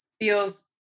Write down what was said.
feels